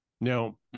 Now